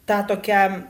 tą tokią